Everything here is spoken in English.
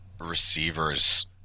receivers